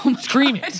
screaming